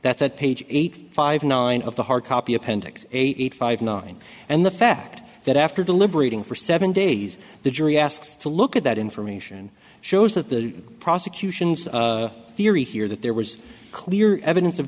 that's at page eight five nine of the hard copy appendix eight eight five nine and the fact that after deliberating for seven days the jury asks to look at that information shows that the prosecution's theory here that there was clear evidence of